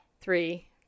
three